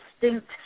distinct